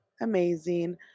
amazing